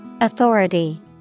Authority